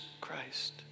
Christ